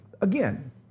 again